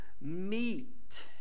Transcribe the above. meet